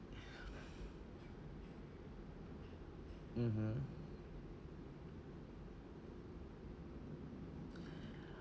mmhmm